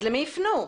אז למי יפנו?